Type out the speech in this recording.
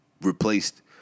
replaced